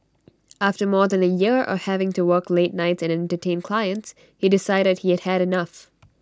after more than A year of having to work late nights and Entertain Clients he decided he had had enough